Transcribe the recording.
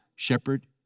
shepherd